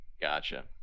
Gotcha